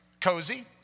cozy